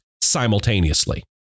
simultaneously